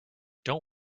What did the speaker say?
don’t